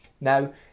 now